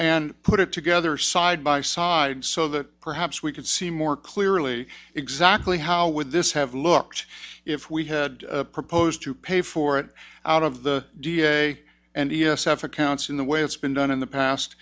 and put it together side by side so that perhaps we could see more clearly exactly how would this have looked if we had proposed to pay for it out of the da and e s f accounts in the way it's been done in the past